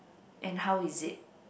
and how is it